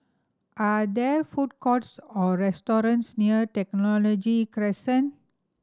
are there food courts or restaurants near Technology Crescent